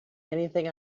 anything